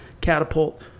catapult